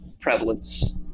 prevalence